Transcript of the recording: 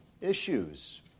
issues